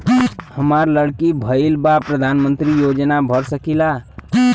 हमार लड़की भईल बा प्रधानमंत्री योजना भर सकीला?